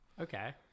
Okay